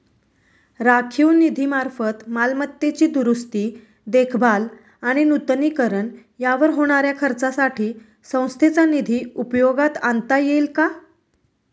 राखीव निधीमार्फत मालमत्तेची दुरुस्ती, देखभाल आणि नूतनीकरण यावर होणाऱ्या खर्चासाठी संस्थेचा निधी उपयोगात आणता येईल का?